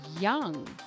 young